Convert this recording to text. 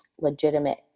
legitimate